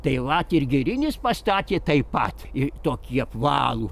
tai vat ir girinis pastatė taip pat tokį apvalų